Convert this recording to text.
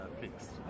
fixed